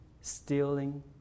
stealing